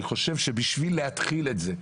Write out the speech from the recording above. אני חושב שבשביל להתחיל את זה,